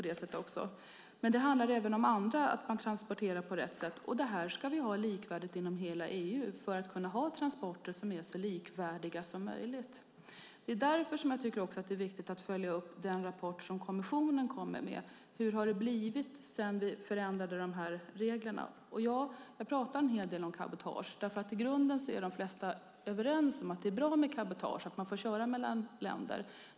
Det handlar även om att transportera på rätt sätt. Detta ska vara likvärdigt inom hela EU för att vi ska kunna ha transporter som är så likvärdiga som möjligt. Det är därför som jag tycker att det är viktigt att följa upp den rapport som kommissionen kommer med. Hur har det blivit sedan vi förändrade de här reglerna? Jag pratar en hel del om cabotage, för i grunden är de flesta överens om att det är bra med cabotage, att man får köra mellan länder.